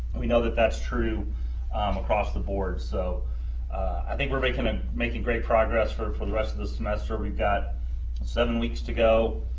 we know that that's true across the board, so i think we're making ah making great progress for for the rest of the semester. we've got seven weeks to go,